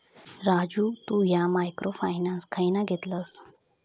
राजू तु ह्या micro finance खयना घेतलस?